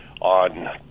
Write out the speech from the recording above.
on